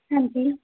ਹਾਂਜੀ